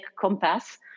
compass